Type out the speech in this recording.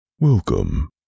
Welcome